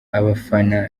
abafana